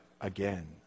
again